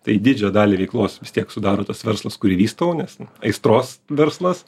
tai didžiąją dalį veiklos vis tiek sudaro tas verslas kurį vystau nes aistros verslas